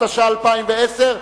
התש"ע 2010,